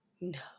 No